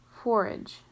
Forage